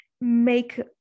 make